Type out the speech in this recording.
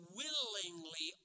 willingly